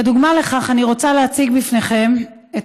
כדוגמה לכך אני רוצה להציג לפניכם את